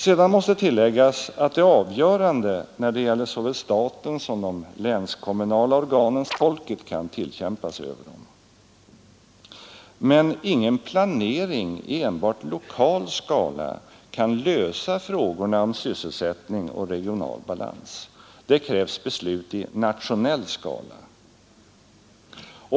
Sedan måste tilläggas att det avgörande när det gäller såväl statens som de länskommunala organens handlande är det inflytande som folket kan tillkämpa sig över dem. Men ingen planering i enbart lokal skala kan lösa frågorna om sysselsättning och regional balans. Det krävs beslut i nationell skala.